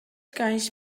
cães